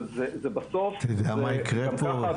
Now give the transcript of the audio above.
אתה יודע מה יקרה פה?